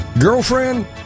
Girlfriend